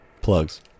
Plugs